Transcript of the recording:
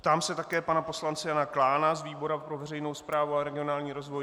Ptám se také pana poslance Jana Klána z výboru pro veřejnou správu a regionální rozvoj.